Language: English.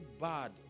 bad